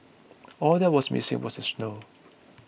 all that was missing was the snow